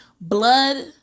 blood